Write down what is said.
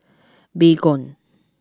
Baygon